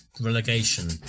relegation